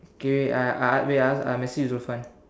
okay wait I ask wait ah I message Zulfan